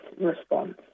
response